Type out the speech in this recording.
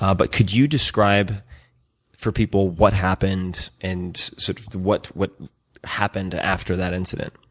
ah but could you describe for people what happened and sort of what what happened after that incident?